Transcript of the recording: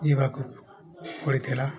ଯିବାକୁ ପଡ଼ିଥିଲା